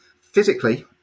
physically